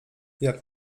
jak